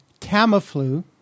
Tamiflu